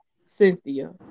Cynthia